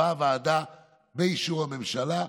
באישור הממשלה,